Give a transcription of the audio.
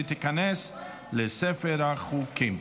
ותיכנס לספר החוקים.